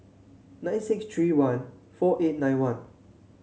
nine six three one four eight nine one